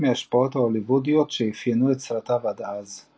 מההשפעות ההוליוודיות שאפיינו את סרטיו עד אז.